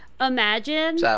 Imagine